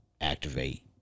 activate